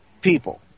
people